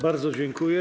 Bardzo dziękuję.